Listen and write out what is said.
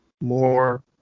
more